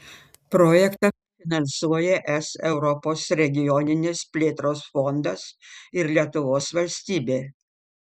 projektą finansuoja es europos regioninės plėtros fondas ir lietuvos valstybė